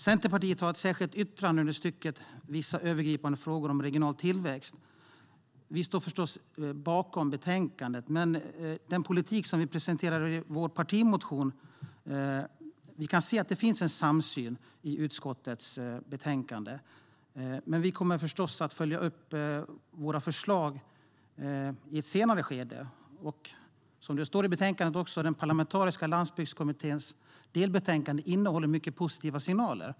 Centerpartiet har ett särskilt yttrande under rubriken V issa övergripan de frågor om regional tillväxt . Vi står förstås bakom förslaget i betänkandet och den politik som vi presenterar i vår partimotion. Vi kan se att det finns en samsyn i utskottets betänkande. Men vi kommer förstås att följa upp våra förslag i ett senare skede. Som det står i betänkandet innehåller den parlamentariska landsbygdskommitténs delbetänkande mycket positiva signaler.